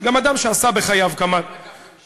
גם אדם שעשה בחייו כמה, אני לא נקבתי בשמות.